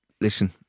listen